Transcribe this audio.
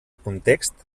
context